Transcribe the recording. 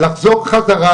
לחזור חזרה,